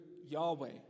Yahweh